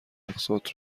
اقساط